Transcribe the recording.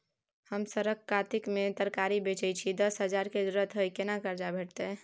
हम सरक कातिक में तरकारी बेचै छी, दस हजार के जरूरत हय केना कर्जा भेटतै?